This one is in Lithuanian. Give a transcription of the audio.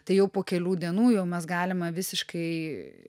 tai jau po kelių dienų jau mes galima visiškai